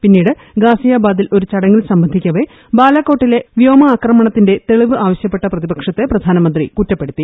പിന്നീട് ഗാസിയാബാദിൽ ഒരു ചടങ്ങിൽ സംബന്ധിക്കവേ ബാലക്കോട്ടിലെ വ്യോമാക്രമണത്തിന്റെ തെളിവ് ആവശ്യപ്പെട്ട പ്രതിപക്ഷത്തെ പ്രധാനമന്ത്രി കുറ്റപ്പെടുത്തി